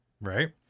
Right